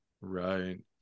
right